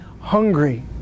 hungry